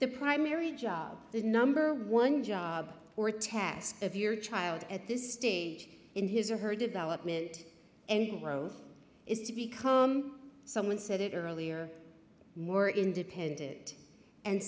the primary job the number one job or task of your child at this stage in his or her development and growth is to become someone said earlier more independent and